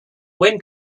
wind